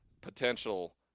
potential